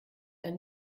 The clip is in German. ein